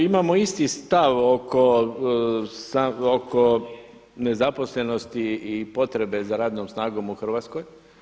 Imamo isti stav oko nezaposlenosti i potrebe za radnom snagom u Hrvatskoj.